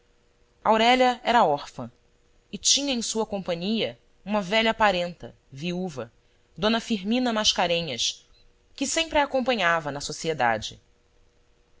aurélia era órfã e tinha em sua companhia uma velha parenta viúva d firmina mascarenhas que sempre a acompanhava na sociedade